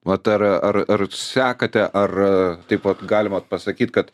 vat ar ar ar sekate ar a taip pat galima pasakyt kad